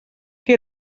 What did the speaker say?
que